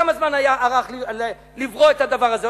כמה זמן ארך לברוא את הדבר הזה?